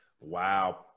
wow